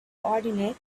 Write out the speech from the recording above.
coordinate